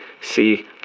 see